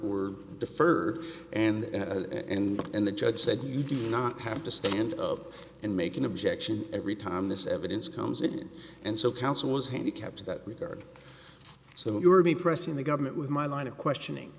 were deferred and and and the judge said you do not have to stand up and make an objection every time this evidence comes in and so counsel was handicapped that week or so you were be pressing the government with my line of questioning